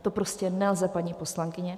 To prostě nelze, paní poslankyně.